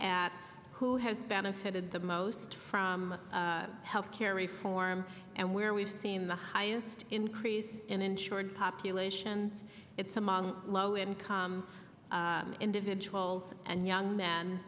at who has benefited the most from health care reform and where we've seen the highest increase in insured population it's among low income individuals and young m